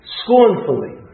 scornfully